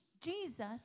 Jesus